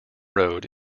road